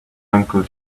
uncle